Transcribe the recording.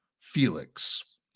Felix